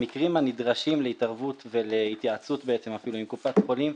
המקרים הנדרשים להתערבות ולהתייעצות אפילו עם קופת החולים,